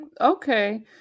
Okay